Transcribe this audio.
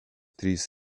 trys